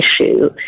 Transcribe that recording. issue